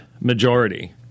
majority